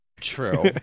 True